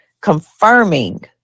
confirming